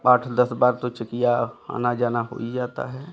आठ दस बार तो चेकिया आना जाना हो ही जाता है